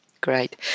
great